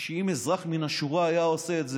שאם אזרח מהשורה היה עושה את זה,